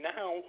now